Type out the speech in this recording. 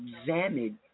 examined